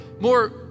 more